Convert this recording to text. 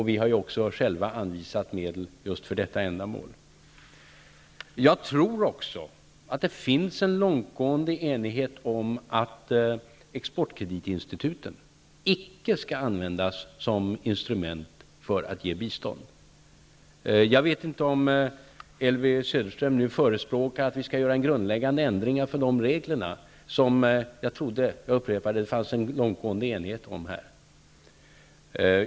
Vi har själva anvisat medel just för detta ändamål. Jag tror också att det råder en långtgående enighet om att exportkreditinstituten inte skall användas såsom instrument för att ge bistånd. Jag vet inte om Elvy Söderström nu förespråkar att vi skall göra en grundläggande ändring av dessa regler, som jag alltså trodde att det rådde enighet om.